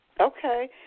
Okay